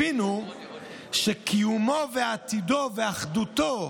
הבינו שקיומו ועתידו ואחדותו,